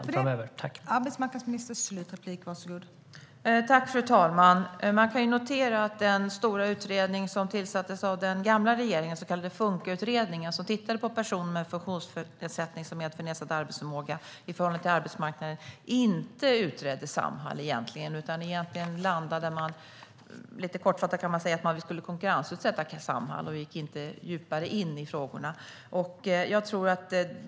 Fru talman! Den stora utredning som tillsattes av den gamla regeringen, den så kallade Funkautredningen som tittade på personer med funktionsnedsättning som medför nedsatt arbetsförmåga i förhållande till arbetsmarknaden, utredde egentligen inte Samhall utan landade lite kortfattat i att Samhall skulle konkurrensutsättas. Man gick inte djupare in i frågorna.